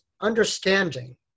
understanding